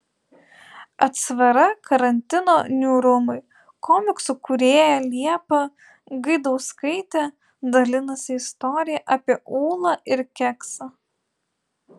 atsvara karantino niūrumui komiksų kūrėja liepa gaidauskaitė dalinasi istorija apie ūlą ir keksą